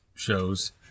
shows